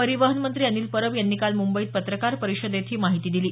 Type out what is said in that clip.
परिवहन मंत्री अनिल परब यांनी काल मुंबईत पत्रकार परिषदेत ही माहिती दिली